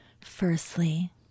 Firstly